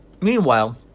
meanwhile